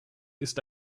ist